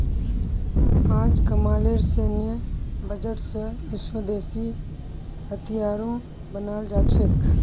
अजकामलेर सैन्य बजट स स्वदेशी हथियारो बनाल जा छेक